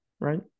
right